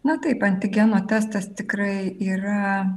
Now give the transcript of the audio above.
na taip antigeno testas tikrai yra